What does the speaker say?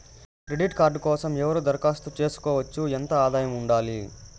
Credit card కోసం ఎవరు దరఖాస్తు చేసుకోవచ్చు? ఎంత ఆదాయం ఉండాలి?